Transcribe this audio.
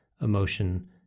emotion